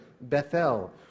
Bethel